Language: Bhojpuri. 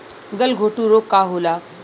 गलघोटू रोग का होला?